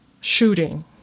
shooting